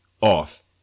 off